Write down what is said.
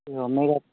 A mega